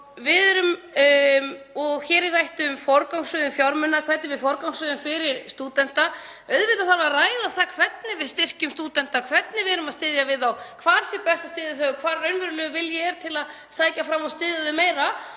Hér er rætt um forgangsröðun fjármuna, hvernig við forgangsröðum fyrir stúdenta. Auðvitað þarf að ræða það hvernig við styrkjum stúdenta, hvernig við erum að styðja við þá, hvar sé best að styðja þá og hvar raunverulegur vilji er til að sækja fram og styðja þá meira.